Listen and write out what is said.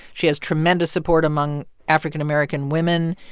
she has tremendous support among african american women.